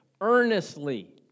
earnestly